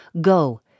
go